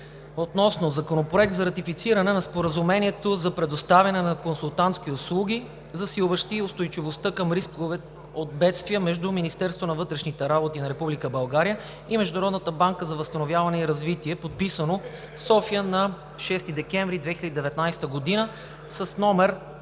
относно Законопроект за ратифициране на Споразумението за предоставяне на консултантски услуги, засилващи устойчивостта към рискове от бедствия, между Министерството на вътрешните работи на Република България и Международната банка за възстановяване и развитие, подписано в София на 6 декември 2019 г., №